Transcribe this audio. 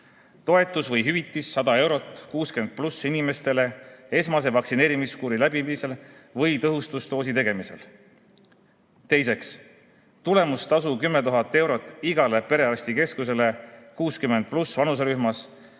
Toetus või hüvitis 100 eurot 60+ inimestele esmase vaktsineerimiskuuri läbimisel või tõhustusdoosi tegemisel. Teiseks, tulemustasu 10 000 eurot igale perearstikeskusele 60+ vanuserühmas